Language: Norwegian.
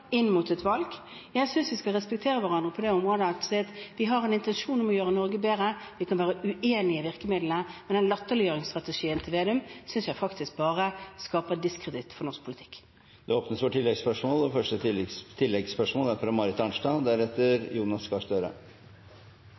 inn mot et valg. Jeg synes vi skal respektere hverandre på det området at vi har en intensjon om å gjøre Norge bedre. Vi kan være uenig i virkemidlene, men latterliggjøringsstrategien til Slagsvold Vedum synes jeg faktisk bare skaper diskreditt for norsk politikk. Det åpnes for oppfølgingsspørsmål – først Marit Arnstad. Sentraliseringen fra